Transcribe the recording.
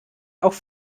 auch